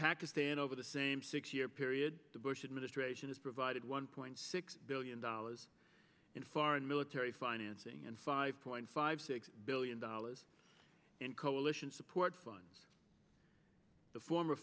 pakistan over the same six year period the bush administration has provided one point six billion dollars in foreign military financing and five point five six billion dollars in coalition support funds the form